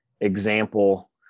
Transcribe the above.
example